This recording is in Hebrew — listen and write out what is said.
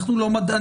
אנחנו לא מדענים,